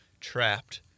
trapped